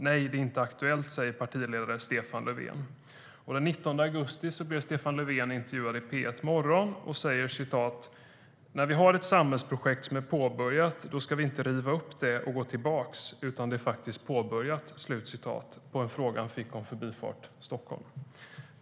Nej, det är inte aktuellt, säger partiledare Stefan Löfven.. Där sa han på en fråga som han fick om Förbifart Stockholm: När vi har ett samhällsprojekt som är påbörjat ska vi inte riva upp det och gå tillbaks, utan det är faktiskt påbörjat. Herr talman!